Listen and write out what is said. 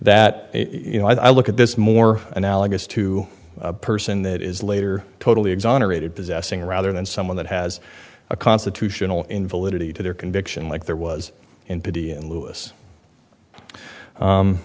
that you know i look at this more analogous to a person that is later totally exonerated possessing rather than someone that has a constitutional invalidity to their conviction like there was in pity and lewis